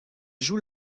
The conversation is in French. joue